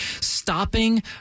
stopping